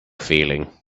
feeling